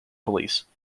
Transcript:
police